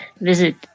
Visit